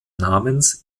namens